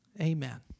Amen